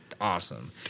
awesome